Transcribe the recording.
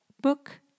Book